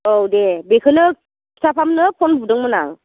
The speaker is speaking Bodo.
औ दे बेखौनो खिथाफामनो फन बुदोंमोन आं